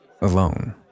alone